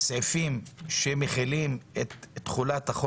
רביזיה על החלטת הוועדה בדבר בקשת יושב ראש